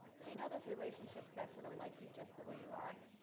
so you know those relationships that sort of like you just the way you are,